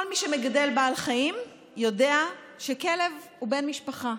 כל מי שמגדל בעל חיים יודע שכלב הוא בן משפחה.